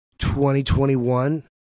2021